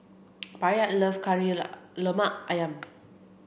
Bayard love Kari Lemak Ayam